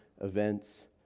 events